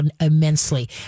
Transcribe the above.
immensely